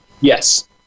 Yes